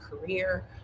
career